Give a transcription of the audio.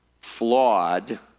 flawed